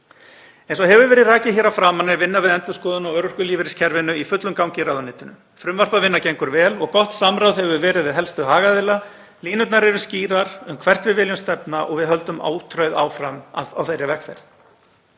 Eins og hefur verið rakið hér að framan er vinna við endurskoðun á örorkulífeyriskerfinu í fullum gangi í ráðuneytinu. Vinnan að frumvörpum gengur vel og gott samráð hefur verið við helstu hagaðila. Línurnar eru skýrar um hvert við viljum stefna og við höldum ótrauð áfram á þeirri vegferð.